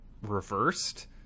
reversed